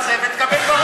ותקבל בראש,